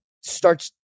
starts